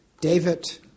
David